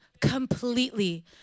completely